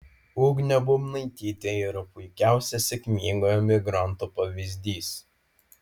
ugnė bubnaitytė yra puikiausias sėkmingo emigranto pavyzdys